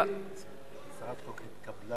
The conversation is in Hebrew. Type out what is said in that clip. הצעת החוק התקבלה